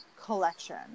collection